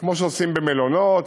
כמו שעושים במלונות,